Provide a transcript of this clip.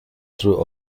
through